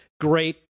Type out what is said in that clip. great